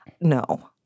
No